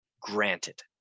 Granted